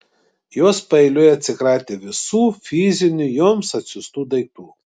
jos paeiliui atsikratė visų fizinių joms atsiųstų daiktų